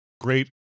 Great